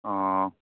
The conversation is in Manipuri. ꯑꯥ